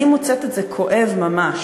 אני מוצאת את זה כואב ממש,